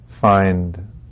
find